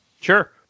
Sure